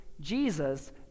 Jesus